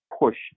push